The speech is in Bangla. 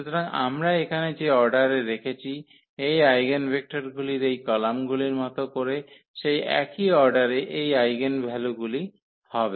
সুতরাং আমরা এখানে যে অর্ডারে রেখেছি এই আইগেনভেক্টরগুলির এই কলামগুলির মত করে সেই একই অর্ডারে এই আইগেনভ্যালুগুলি হবে